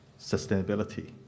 sustainability